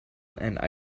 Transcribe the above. and